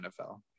NFL